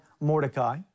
Mordecai